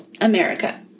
America